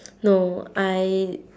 no I